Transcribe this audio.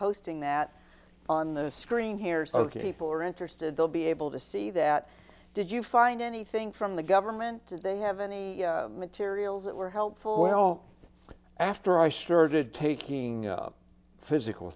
posting that on the screen here so ok people are interested they'll be able to see that did you find anything from the government did they have any materials that were helpful well after i started taking physical